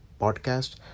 podcast